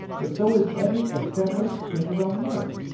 but so is every ephemeris printed on mert.